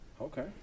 Okay